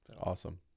Awesome